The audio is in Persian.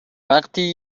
وقتی